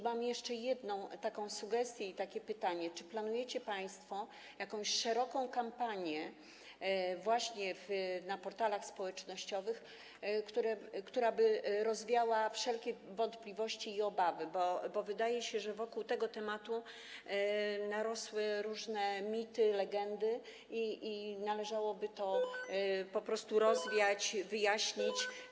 Mam jeszcze jedną sugestię i takie pytanie: Czy planujecie państwo szeroką kampanię właśnie na portalach społecznościowych, która by rozwiała wszelkie wątpliwości i obawy, bo wydaje się, że wokół tego tematu narosły różne mity, legendy i należałoby to po prostu rozwiać i wyjaśnić.